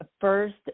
first